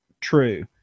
true